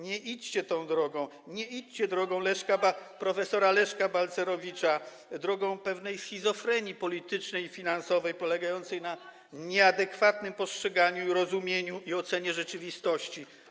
Nie idźcie tą drogą, nie idźcie drogą prof. Leszka Balcerowicza, drogą schizofrenii politycznej i finansowej polegającej na nieadekwatnym postrzeganiu, rozumieniu i ocenie rzeczywistości.